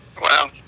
Wow